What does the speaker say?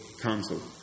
Council